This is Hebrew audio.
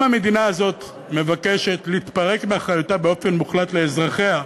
אם המדינה הזאת מבקשת להתפרק באופן מוחלט מאחריותה לאזרחיה,